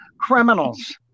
criminals